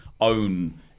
own